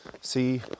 see